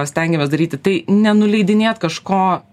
stengiamės daryti tai nenuleidinėt kažko